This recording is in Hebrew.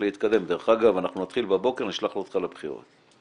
דרך אגב, אנחנו נתחיל בבוקר ונשלח אותך לבחירות.